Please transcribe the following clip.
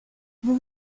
vous